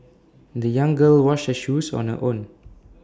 the young girl washed her shoes on her own